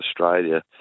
Australia